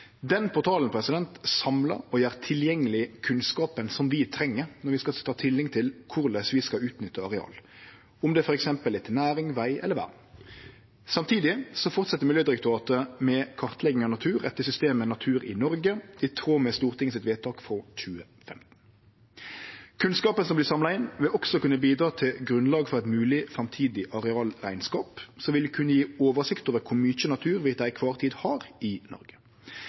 Den portalen samlar og gjer tilgjengeleg kunnskapen vi treng når vi skal ta stilling til korleis vi skal utnytte areal, om det f.eks. er til næring, veg eller vern. Samtidig fortset Miljødirektoratet med kartlegging av natur etter systemet Natur i Norge, i tråd med stortingsvedtaket frå 2015. Kunnskapen som vert samla inn, vil også kunne bidra til grunnlag for ein mogleg framtidig arealrekneskap som vil kunne gje oversikt over kor mykje natur vi til kvar tid har i Noreg.